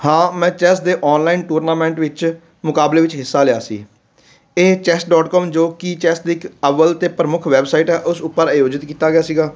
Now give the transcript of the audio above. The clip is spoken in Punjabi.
ਹਾਂ ਮੈਂ ਚੈਸ ਦੇ ਔਨਲਾਈਨ ਟੂਰਨਾਮੈਂਟ ਵਿੱਚ ਮੁਕਾਬਲੇ ਵਿੱਚ ਹਿੱਸਾ ਲਿਆ ਸੀ ਇਹ ਚੈਸ ਡੋਟ ਕੋਮ ਜੋ ਕਿ ਚੈਸ ਦੇ ਇੱਕ ਅੱਵਲ ਅਤੇ ਪ੍ਰਮੁੱਖ ਵੈੱਬਸਾਈਟ ਹੈ ਉਸ ਉਪਰ ਆਯੋਜਿਤ ਕੀਤਾ ਗਿਆ ਸੀਗਾ